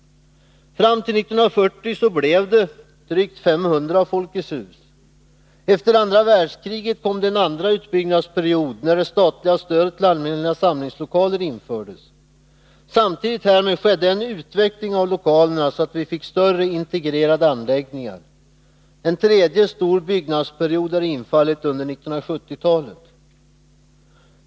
Fram till 1940 blev det drygt 500 Folkets hus. Efter andra världskriget kom en andra utbyggnadsperiod, när det statliga stödet till allmänna samlingslokaler infördes. Samtidigt härmed skedde en utveckling av lokalerna, så att vi fick större, integrerade anläggningar. En tredje stor byggnadsperiod har infallit under 1970-talet.